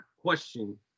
question